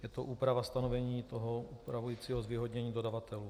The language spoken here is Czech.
Je to úprava stanovení upravujícího zvýhodnění dodavatelů.